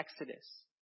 Exodus